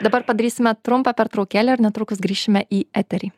dabar padarysime trumpą pertraukėlę ir netrukus grįšime į eterį